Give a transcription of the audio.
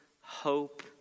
hope